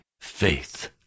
faith